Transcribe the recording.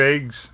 eggs